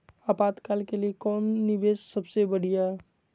आपातकाल के लिए कौन निवेस सबसे बढ़िया है?